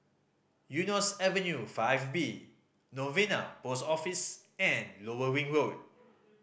Eunos Avenue Five B Novena Post Office and Lower Ring Road